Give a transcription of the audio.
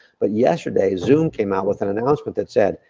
but yesterday, zoom came out with an announcement that said,